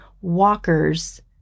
walkers